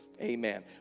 Amen